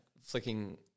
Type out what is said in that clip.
flicking